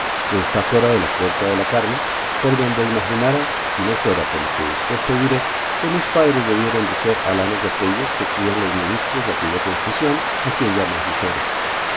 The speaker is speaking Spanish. que está fuera de la puerta de la carne por donde imaginara si no fuera por lo que después te diré que mis padres debieron de ser alanos de aquellos que crían los ministros de aquella confusión a quien llaman jiferos